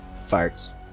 farts